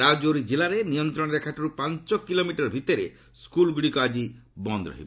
ରାଜୌରୀ ଜିଲ୍ଲାରେ ନିୟନ୍ତ୍ରଣ ରେଖାଠାରୁ ପାଞ୍ଚ କିଲୋମିଟର ଭିତରେ ସ୍କୁଲ୍ଗୁଡ଼ିକ ଆଜି ବନ୍ଦ ରହିବ